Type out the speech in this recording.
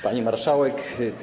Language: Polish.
Pani Marszałek!